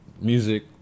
music